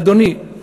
אדוני,